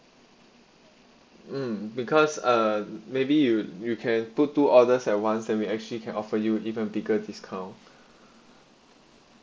mm because uh maybe you you can put two orders as one then we actually can offer you even bigger discount